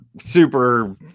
super